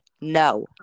No